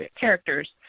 characters